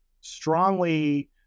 strongly